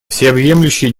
всеобъемлющий